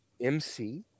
MC